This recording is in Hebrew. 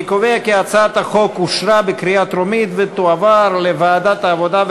אני קובע כי הצעת החוק אושרה בקריאה הטרומית ותועבר לוועדת העבודה,